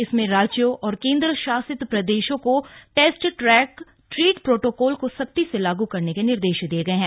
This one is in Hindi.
इसमें राज्यों और केन्द्र शासित प्रदेशों को टेस्ट ट्रैक ट्रीट प्रोटोकॉल को सख्ती से लागू करने के निर्देश दिये गए हैं